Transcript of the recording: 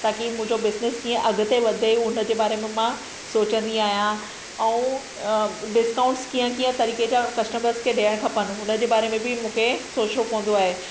ताकी मुंहिंजो बिज़नेस अॻिते वधे उनजे बारे में मां सोचंदी आहियां ऐं डिस्काउंट्स कीअं कीअं तरीक़े जा कस्टमर्स खे ॾियणु खपनि उनजे बारे में बि मूंखे सोचणो पवंदो आहे